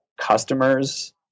customers